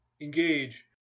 Engage